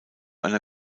einer